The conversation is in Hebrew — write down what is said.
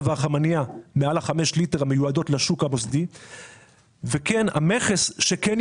והחמנייה מעל חמישה ליטרים המיועדות לשוק המוסדי וכן מבטל